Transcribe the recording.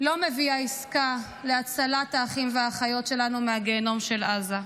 לא מביאה עסקה להצלת האחים והאחיות שלנו מהגיהינום של עזה.